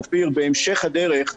בהמשך הדרך,